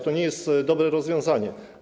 To nie jest dobre rozwiązanie.